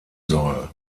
soll